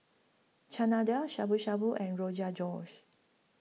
Chana Dal Shabu Shabu and Rogan Josh